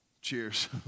cheers